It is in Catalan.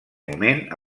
moment